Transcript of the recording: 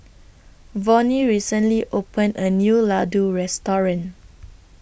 Vonnie recently opened A New Ladoo Restaurant